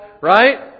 Right